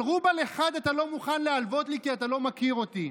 אבל רובל אחד אתה לא מוכן להלוות לי כי אתה לא מכיר אותי.